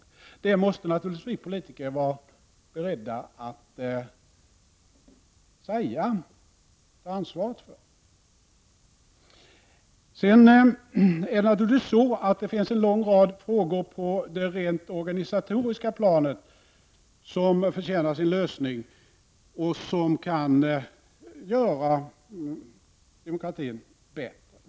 Vi politiker måste naturligtvis vara beredda att ta ansvaret för detta. Sedan finns det naturligtvis en lång rad frågor på det rent organisatoriska planet som förtjänar sin lösning och som kan göra demokratin bättre.